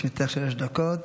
בבקשה, לרשותך שלוש דקות.